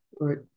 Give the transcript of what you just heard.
Right